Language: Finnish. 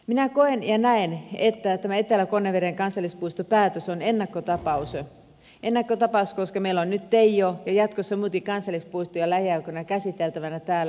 minä koen ja näen että tämä etelä konneveden kansallispuistopäätös on ennakkotapaus koska meillä on nyt teijo ja jatkossa muitakin kansallispuistoja lähiaikoina käsiteltävänä täällä